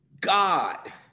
God